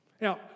Now